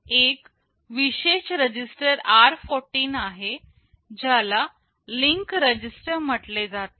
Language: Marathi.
एक विशेष रजिस्टर r14 आहे ज्याला लिंक रजिस्टर म्हटले जाते